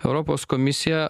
europos komisija